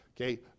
Okay